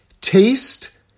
Taste